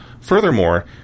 Furthermore